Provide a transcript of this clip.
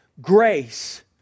grace